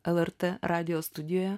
lrt radijo studijoje